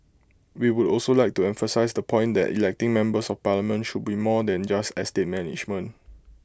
we would also like to emphasise the point that electing members of parliament should be more than just estate management